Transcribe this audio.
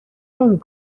نمی